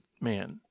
man